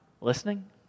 listening